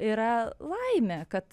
yra laimė kad